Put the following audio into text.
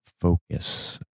focus